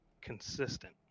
consistent